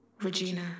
Regina